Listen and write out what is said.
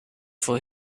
for